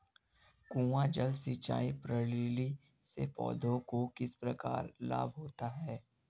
कुआँ जल सिंचाई प्रणाली से पौधों को किस प्रकार लाभ होता है?